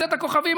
צאת הכוכבים,